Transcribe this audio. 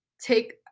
take